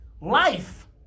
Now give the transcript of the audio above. Life